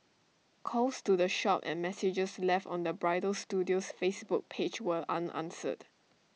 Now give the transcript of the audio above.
calls to the shop and messages left on the bridal studio's Facebook page were unanswered